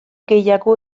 gehiago